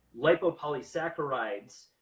lipopolysaccharides